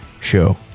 show